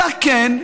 אלא, כן,